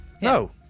No